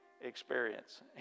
experience